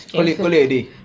call it call it a day